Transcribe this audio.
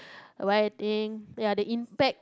ya the impact